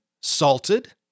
salted